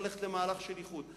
צריך ללכת למהלך של איחוד.